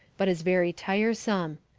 but is very tiresome.